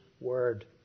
word